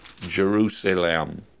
Jerusalem